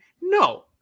No